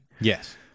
Yes